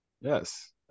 Yes